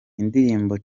indirimbo